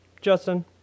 Justin